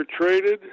traded